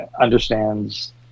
understands